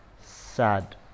sad